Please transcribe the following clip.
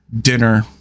dinner